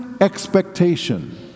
expectation